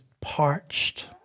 parched